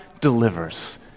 delivers